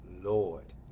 Lord